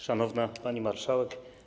Szanowna Pani Marszałek!